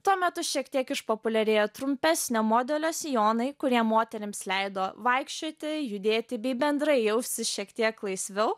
tuo metu šiek tiek išpopuliarėję trumpesnio modelio sijonai kurie moterims leido vaikščioti judėti bei bendrai jaustis šiek tiek laisviau